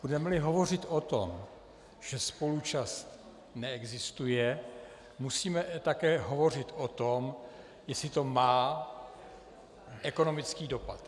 Budemeli hovořit o tom, že spoluúčast neexistuje, musíme také hovořit o tom, jestli to má ekonomický dopad.